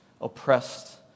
oppressed